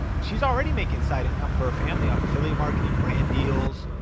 she's already making side income for her family off affiliate marketing, brand deals,